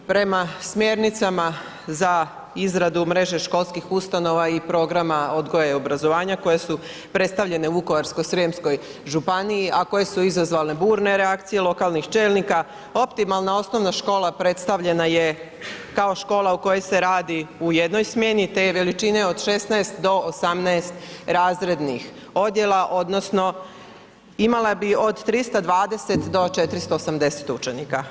Prema smjernicama za izradu mreže školskih ustanova i programa odgoja i obrazovanja koje su predstavljene u Vukovarsko-srijemskoj županiji, a koje su izazvale burne reakcije lokalnih čelnika optimalna osnovna škola predstavljena je kao škola u kojoj se radi u jednoj smjeni te je veličine od 16 do 18 razrednih odjela odnosno imala bi od 320 do 480 učenika.